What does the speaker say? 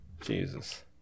Jesus